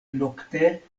nokte